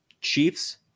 chiefs